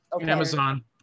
Amazon